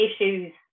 issues